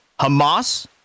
Hamas